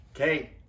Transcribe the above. Okay